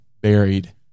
buried